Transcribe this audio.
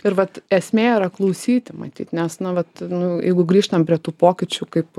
ir vat esmė yra klausyti matyt nes nu vat nu jeigu grįžtam prie tų pokyčių kaip